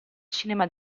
cinema